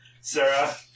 Sarah